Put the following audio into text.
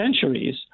centuries